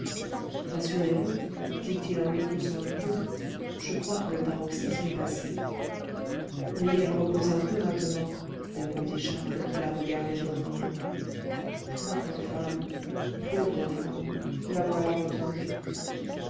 rassurez-vous dit-il en lui poussant le coude je crois que le paroxysme est passé oui elle repose un peu maintenant répondit charles qui la regardait dormir pauvre femme pauvre femme la voilà retombée